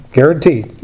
Guaranteed